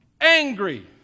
angry